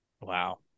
Wow